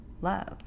love